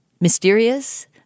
mysterious